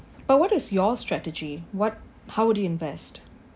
but what is your strategy what how would you invest